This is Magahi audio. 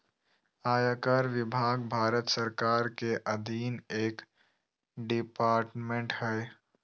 आयकर विभाग भारत सरकार के अधीन एक डिपार्टमेंट हय